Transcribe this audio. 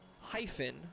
hyphen